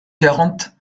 quarante